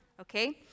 Okay